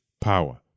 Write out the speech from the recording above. power